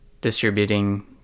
distributing